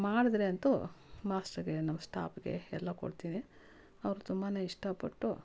ಮಾಡಿದ್ರೆ ಅಂತು ಮಾಷ್ಟ್ರಗೆ ನಮ್ಮ ಸ್ಟಾಪ್ಗೆ ಎಲ್ಲ ಕೊಡ್ತೀನಿ ಅವ್ರು ತುಂಬಾ ಇಷ್ಟಪಟ್ಟು